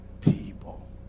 people